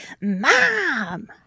Mom